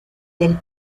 del